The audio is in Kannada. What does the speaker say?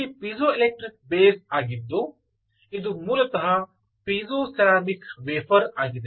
ಇಲ್ಲಿ ಪೀಜೋಎಲೆಕ್ಟ್ರಿಕ್ ಬೇಸ್ ಆಗಿದ್ದು ಇದು ಮೂಲತಃ ಪೀಜೋಸೆರಾಮಿಕ್ ವೇಫರ್ ಆಗಿದೆ